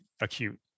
acute